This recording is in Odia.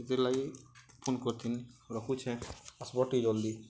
ସେଥିର୍ଲାଗି ଫୋନ୍ କରିଥିନି ରଖୁଛେଁ ଆସ୍ବ ଟିକେ ଜଲ୍ଦି